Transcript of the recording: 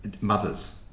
mothers